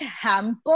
hamper